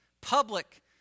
public